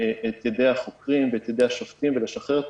את ידי החוקרים ואת ידי השופטים ולשחרר את